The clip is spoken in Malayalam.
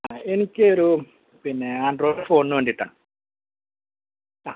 ആ എനിക്കൊരു പിന്നെ ആൻഡ്രോയിഡ് ഫോണിന് വേണ്ടിയിട്ടാണ് ആ